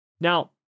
now